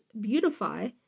beautify